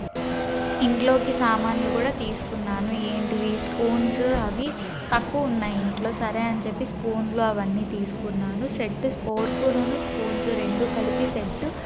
ఇంట్లోకి సామానులు కూడా తీసుకున్నాను ఏవి స్పూన్స్ అవి తక్కువ ఉన్నాయి ఇంట్లో సరే అని చెప్పి స్పూన్లు అవన్నీ తీసుకున్నాను సెట్ ఫోర్కు స్పూన్స్ రెండు కలిపి సెట్టు